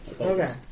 Okay